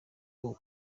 ubu